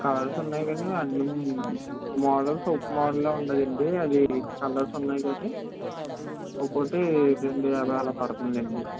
colours ఉన్నాయి కాని అన్ని మోడల్స్ ఒక మోడేలే ఉన్నాయండి అది కలర్స్ ఉన్నాయి కాని ఒక్కోటి రెండు యాభై అలా పడుతుండండి